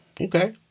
Okay